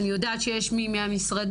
אני יודעת שיש מי מהמשרדים,